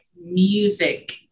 music